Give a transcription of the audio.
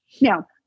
Now